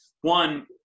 one